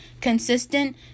Consistent